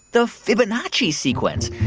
the fibonacci sequence.